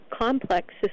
complex